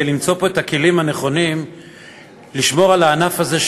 למצוא פה את הכלים הנכונים לשמור על הענף הזה,